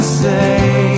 say